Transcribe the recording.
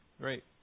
great